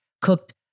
Cooked